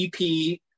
EP